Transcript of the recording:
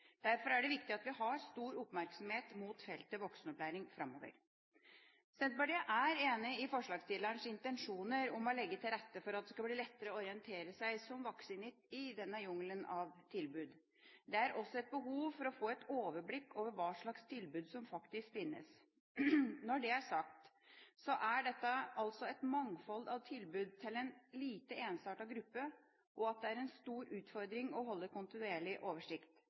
Derfor er det viktig at vi har stor oppmerksomhet mot feltet voksenopplæring framover. Senterpartiet er enig i forslagsstillernes intensjoner om å legge til rette for at det skal bli lettere å orientere seg som voksen i denne jungelen av tilbud. Det er også et behov for å få et overblikk over hva slags tilbud som faktisk finnes. Når det er sagt, er dette altså et mangfold av tilbud til en lite ensartet gruppe, og det er en stor utfordring å holde kontinuerlig oversikt,